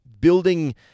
building